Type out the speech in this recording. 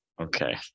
Okay